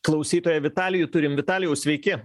klausytoją vitalijų turim vitalijau sveiki